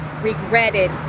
regretted